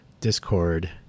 Discord